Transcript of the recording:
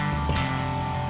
oh